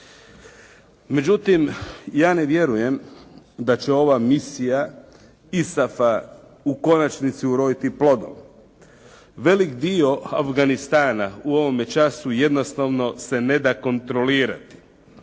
Međutim, ja ne vjeruje da će ova misija ISAF-a u konačnici uroditi plodom. Velik dio Afganistana u ovome času jednostavno se ne da kontrolirati